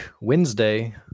Wednesday